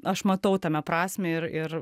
aš matau tame prasmę ir ir